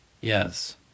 Yes